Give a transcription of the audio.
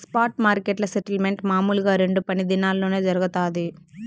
spot మార్కెట్ల settlement మామూలుగా రెండు పని దినాల్లోనే జరగతాది